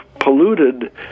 polluted